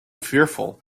fearful